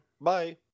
Bye